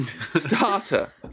Starter